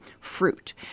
fruit